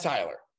Tyler